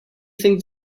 think